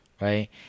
right